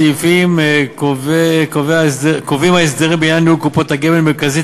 סעיפי החוק קובעים הסדרים בעניין ניהול קופות גמל מרכזיות